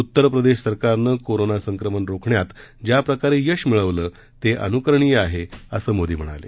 उत्तर प्रदेश सरकारनं कोरोना संक्रमण रोखण्यात ज्या प्रकारे यश मिळवलं ते अन्करणीय आहे असं मोदी म्हणाले